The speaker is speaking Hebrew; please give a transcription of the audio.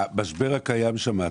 במשבר הקיים שם,